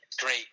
great